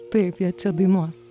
taip jie čia dainuos